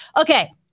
Okay